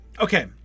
okay